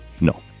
No